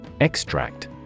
Extract